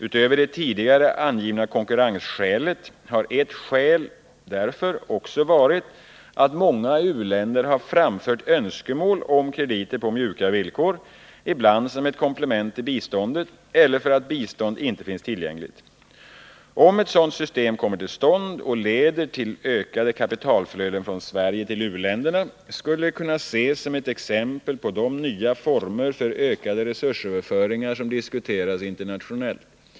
Utöver det tidigare angivna konkurrensskälet har ett skäl också varit att många u-länder har framfört önskemål om krediter på mjuka villkor, ibland som ett komplement till biståndet eller för att bistånd inte finns tillgängligt. Om ett sådant system kommer till stånd och leder till ökade kapitalflöden från Sverige till u-länderna skulle det kunna ses som ett exempel på de nya former för ökade resursöverföringar som diskuteras internationellt.